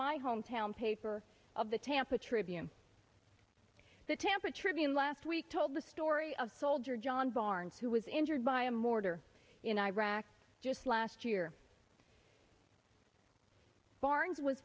my hometown paper of the tampa tribune the tampa tribune last week told the story of soldier john barnes who was injured by a mortar in iraq just last year barnes was